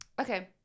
okay